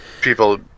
people